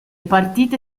partite